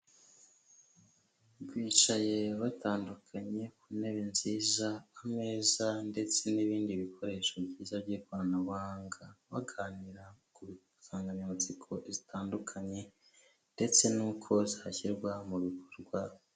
Bicaye batandukanye ku ntebe nziza, ameza ndetse n'ibindi bikoresho byiza by'ikoranabuhanga, baganira ku nsanganyamatsiko zitandukanye ndetse n'uko zashyirwa mu bikorwa.